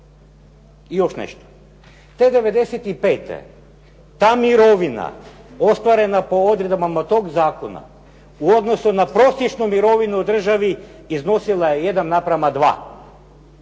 I još nešto. To '95., ta mirovina ostvarena po odredbama toga zakona u odnosu na prosječnu mirovinu u državi iznosila je 1:2. Danas